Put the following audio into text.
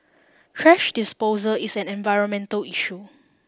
thrash disposal is an environmental issue